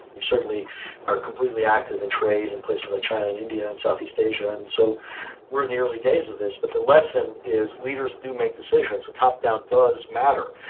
they certainly are completely active in trade in places like china and india and southeast asia. so we're in the early days of this, but the lesson is leaders do make decisions. the top-down does matter.